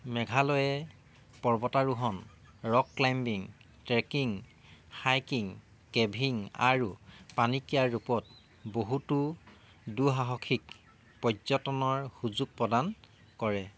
মেঘালয়ে পৰ্বতাৰোহণ rock climbing trekking hiking caving আৰু পানীক্ৰীড়াৰ ৰূপত বহুতো দুঃসাহসিক পৰ্যটনৰ সুযোগ প্ৰদান কৰে